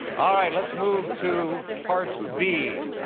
all right, let's move to part b.